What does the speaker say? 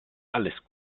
alles